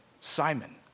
Simon